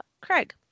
Craig